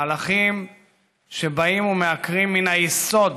מהלכים שבאים ומעקרים מן היסוד